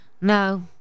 No